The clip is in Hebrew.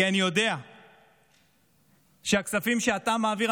כי אני יודע שהכספים שאתה מעביר,